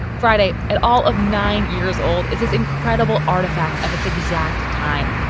friday at all of nine years old is this incredible artifact of its exact time.